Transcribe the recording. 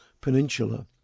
Peninsula